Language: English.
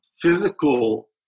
physical